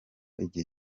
igihe